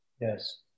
Yes